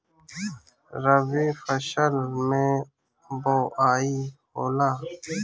रबी फसल मे बोआई होला?